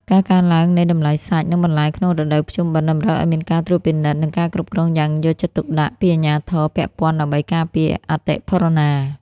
ការកើនឡើងនៃតម្លៃសាច់ និងបន្លែក្នុងរដូវភ្ជុំបិណ្ឌ តម្រូវឱ្យមានការត្រួតពិនិត្យ និងការគ្រប់គ្រងយ៉ាងយកចិត្តទុកដាក់ពីអាជ្ញាធរពាក់ព័ន្ធដើម្បីការពារអតិផរណា។